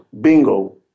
Bingo